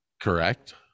Correct